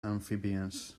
amphibians